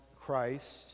Christ